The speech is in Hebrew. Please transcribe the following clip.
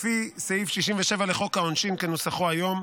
לפי סעיף 67 לחוק העונשין כנוסחו היום,